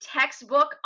textbook